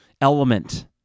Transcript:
element